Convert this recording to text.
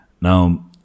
now